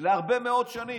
להרבה מאוד שנים,